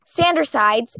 Sandersides